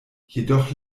jedoch